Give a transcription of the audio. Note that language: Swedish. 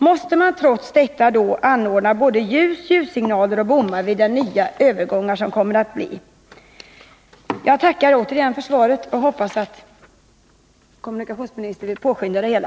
Måste man trots detta anordna både ljudoch ljussignaler och bommar vid de nya övergångar som kan bli nödvändiga? Jag tackar återigen för svaret, och jag hoppas att kommunikationsministern vill påskynda det hela.